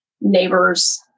neighbors